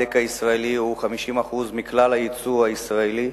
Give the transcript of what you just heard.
ההיי-טק הישראלי מהווה 50% מכלל היצוא הישראלי.